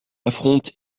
affronte